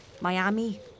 Miami